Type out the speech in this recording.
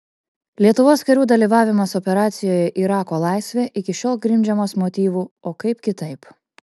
lietuvos karių dalyvavimas operacijoje irako laisvė iki šiol grindžiamas motyvu o kaip kitaip